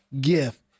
gift